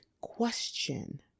question